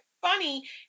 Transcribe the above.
funny